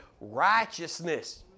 righteousness